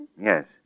Yes